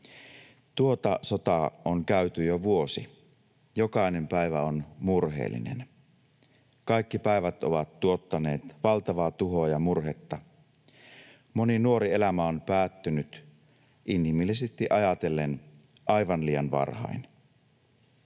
Tuota sotaa on käyty jo vuosi, jokainen päivä on murheellinen. Kaikki päivät ovat tuottaneet valtavaa tuhoa ja murhetta. Moni nuori elämä on päättynyt inhimillisesti ajatellen aivan liian varhain.